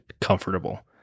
comfortable